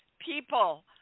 people